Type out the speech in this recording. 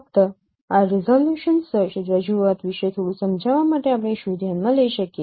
ફક્ત આ રિઝોલ્યુશન રજૂઆત વિશે થોડું સમજાવવા માટે આપણે શું ધ્યાનમાં લઈ શકીએ